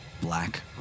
Black